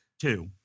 Two